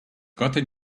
gotten